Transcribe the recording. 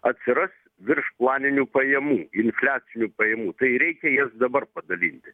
atsiras viršplaninių pajamų infliacinių pajamų tai reikia jas dabar padalinti